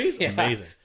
Amazing